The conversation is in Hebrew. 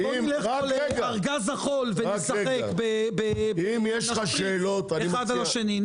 בוא נלך לארגז החול ונשחק ונשפריץ אחד על השני.